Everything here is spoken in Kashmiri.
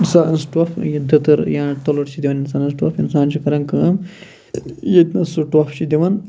اِنسانس ٹۄپھ یا دٔتٕر یا تُلر چھِ دوان اِنسانس ٹۄپھ اِنسان چھُ کران کٲم ییٚتنس سۄ ٹۄپھ چھُ دوان